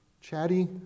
Chatty